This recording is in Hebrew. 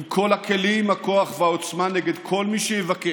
עם כל הכלים, הכוח והעוצמה, נגד כל מי שיבקש